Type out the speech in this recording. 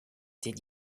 did